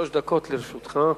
שלוש דקות לרשותך.